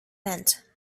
meant